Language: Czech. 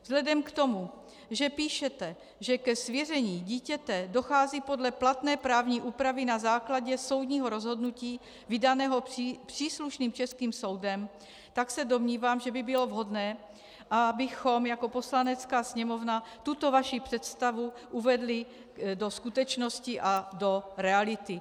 Vzhledem k tomu, že píšete, že ke svěření dítěte dochází podle platné právní úpravy na základě soudního rozhodnutí vydaného příslušným českým soudem, tak se domnívám, že by bylo vhodné, abychom jako Poslanecká sněmovna tuto vaši představu uvedli do skutečnosti a do reality.